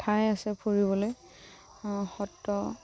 ঠাই আছে ফুৰিবলৈ সত্ৰ